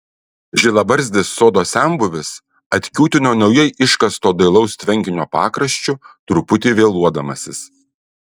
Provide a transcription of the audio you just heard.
žilabarzdis sodo senbuvis atkiūtino naujai iškasto dailaus tvenkinio pakraščiu truputį vėluodamasis